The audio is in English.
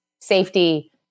safety